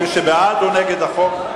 מי שבעד, הוא נגד החוק.